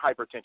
hypertension